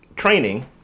training